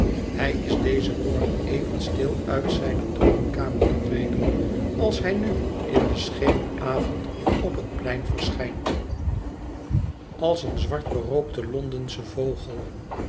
hij is dezen morgen even stil uit zijne torenkamer verdwenen als hij nu in den schemeravond op het plein verschijnt als een zwart berookte londensche vogel